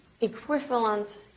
equivalent